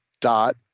dot